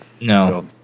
no